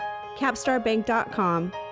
capstarbank.com